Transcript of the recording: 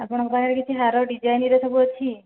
ଆପଣଙ୍କ ପାଖରେ ସବୁ ହାର ଡିଜାଇନରେ ସବୁ ଅଛି